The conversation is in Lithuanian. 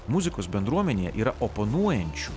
muzikos bendruomenėje yra oponuojančių